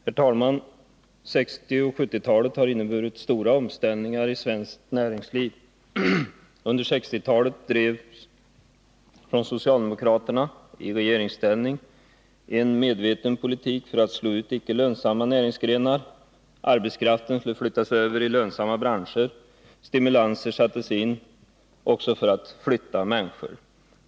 Herr talman! 1960 och 1970-talen har inneburit stora omställningar i svenskt näringsliv. Under 1960-talet drevs från socialdemokraterna, i regeringsställning, en medveten politik för att slå ut icke lönsamma näringsgrenar. Arbetskraften skulle flyttas över till lönsamma branscher. Stimulanser sattes också in för att människor skulle kunna flytta.